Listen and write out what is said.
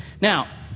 Now